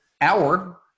hour